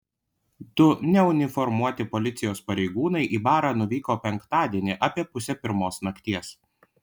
du neuniformuoti policijos pareigūnai į barą nuvyko penktadienį apie pusę pirmos nakties